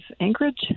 Anchorage